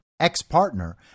ex-partner